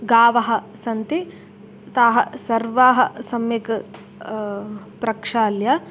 गावः सन्ति ताः सर्वाः सम्यक् प्रक्षाल्य